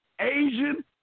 Asian